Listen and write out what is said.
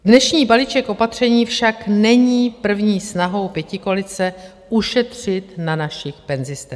Dnešní balíček opatření však není první snahou pětikoalice ušetřit na našich penzistech.